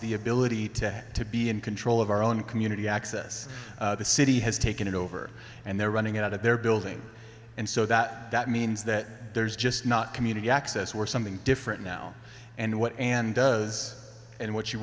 the ability to be in control of our own community this city has taken it over and they're running out of their building and so that that means that there's just not community access or something different now and what and does and what she